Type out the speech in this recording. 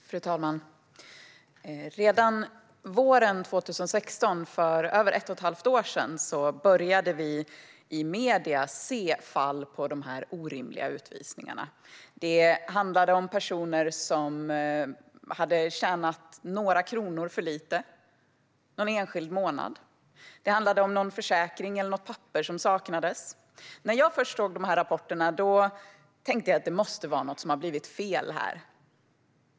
Fru talman! Redan under våren 2016, för över ett och ett halvt år sedan, började vi i medierna kunna läsa om fall med dessa orimliga utvisningar. Det handlade om personer som hade tjänat några kronor för lite under en enskild månad eller om att en försäkring eller ett papper saknades. När jag först tog del av dessa rapporter tänkte jag att det måste vara något som har blivit fel.